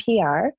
PR